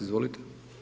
Izvolite.